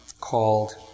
called